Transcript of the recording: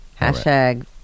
Hashtag